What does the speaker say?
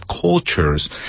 cultures